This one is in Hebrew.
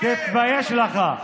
תתבייש לך.